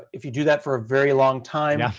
if you do that for a very long time,